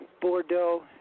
Bordeaux